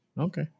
Okay